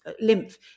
Lymph